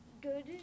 good